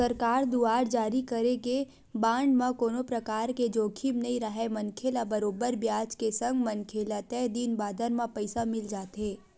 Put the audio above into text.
सरकार दुवार जारी करे गे बांड म कोनो परकार के जोखिम नइ राहय मनखे ल बरोबर बियाज के संग मनखे ल तय दिन बादर म पइसा मिल जाथे